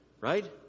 right